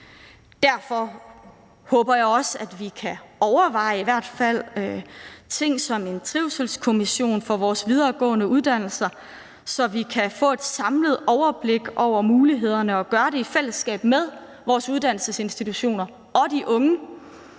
Derfor håber jeg også, at vi i hvert fald kan overveje sådan noget som en trivselskommission for vores videregående uddannelser, så vi kan få et samlet overblik over mulighederne og gøre det i fællesskab med vores uddannelsesinstitutioner og de unge.